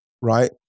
right